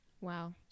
Wow